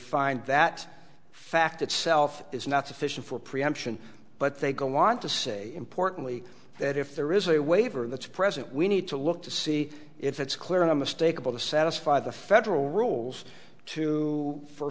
find that fact itself is not sufficient for preemption but they don't want to say importantly that if there is a waiver that's present we need to look to see if it's clear and unmistakable to satisfy the federal rules too for